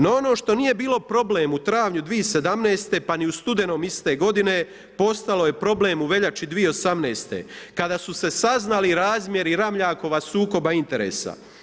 No ono što nije bilo problem u travnju 2017. pa ni u studenom iste godine postalo je problem u veljači 2018. kada su se saznali razmjeri Ramljakova sukoba interesa.